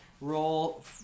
Roll